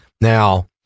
Now